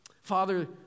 Father